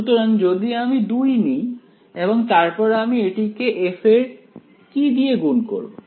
সুতরাং যদি আমি 2 নিই এবং তারপর আমি এটিকে f এর কি দিয়ে গুণ করবো